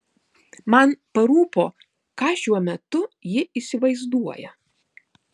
man parūpo ką šiuo metu ji įsivaizduoja